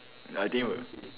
I think will